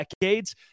decades